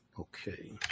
Okay